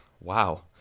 wow